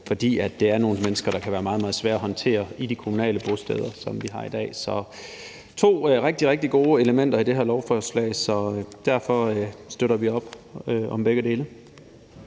fordi det er nogle mennesker, der kan være meget, meget svære at håndtere i de kommunale bosteder, som vi har i dag. Så der er to rigtig, rigtig gode elementer i det her lovforslag, og derfor støtter vi op om begge dele.